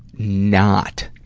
not